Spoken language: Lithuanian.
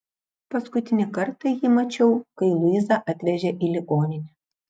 paskutinį kartą jį mačiau kai luizą atvežė į ligoninę